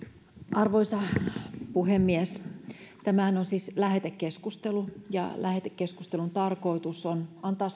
arvoisa puhemies tämähän on siis lähetekeskustelu ja lähetekeskustelun tarkoitus on antaa